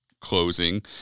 closing